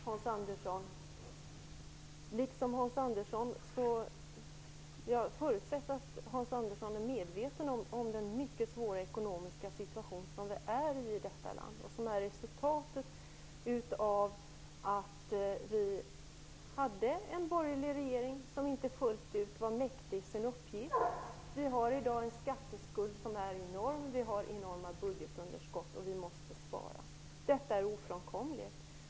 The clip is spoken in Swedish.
Herr talman! Jag förutsätter att Hans Andersson är medveten om den mycket svåra ekonomiska situation som vi i detta land befinner oss i. Denna situation är resultatet av att vi hade en borgerlig regering som inte fullt ut var mäktig sin uppgift. Vi har i dag en skuld som är enorm. Vi har enorma budgetunderskott, och vi måste spara. Detta är ofrånkomligt.